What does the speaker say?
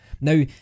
Now